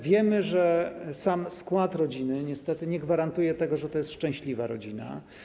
Wiemy, że sam skład rodziny niestety nie gwarantuje tego, że to jest szczęśliwa rodzina.